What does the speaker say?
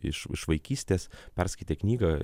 iš iš vaikystės perskaitė knygą